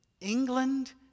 England